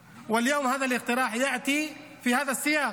הזה, והיום ההצעה הזאת מגיעה בהקשר הזה.